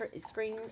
screen